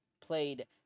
played